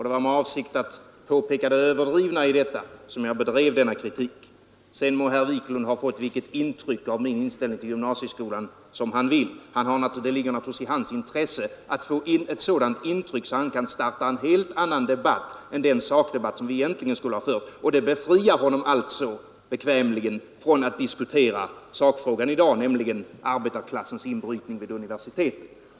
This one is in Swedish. Det var med avsikt att påpeka det överdrivna i detta som jag framförde min kritik. Sedan må herr Wiklund i Härnösand ha fått vilket intryck av min inställning till gymnasieskolan han vill. Det ligger naturligtvis i hans intresse att få ett sådant intryck att han kan starta en helt annan debatt än den sakdebatt som vi egentligen skulle ha fört. Det befriar honom bekvämt från att diskutera sakfrågan i dag, nämligen arbetarklassens inbrytning vid universiteten.